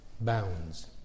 bounds